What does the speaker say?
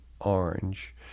Orange